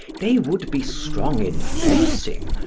they would be strong in fencing,